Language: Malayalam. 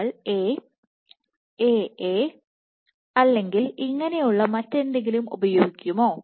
നിങ്ങൾ A A A അല്ലെങ്കിൽ ഇങ്ങനെയുള്ള മറ്റെന്തെങ്കിലും ഉപയോഗിക്കുമോ